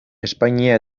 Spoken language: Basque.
espainia